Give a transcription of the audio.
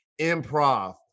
improv